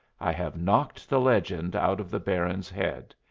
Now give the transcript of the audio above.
i have knocked the legend out of the baron's head.